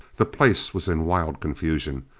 the place was in wild confusion,